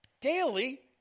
Daily